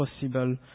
possible